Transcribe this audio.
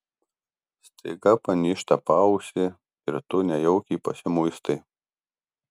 staiga panyžta paausį ir tu nejaukiai pasimuistai